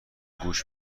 گوش